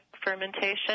fermentation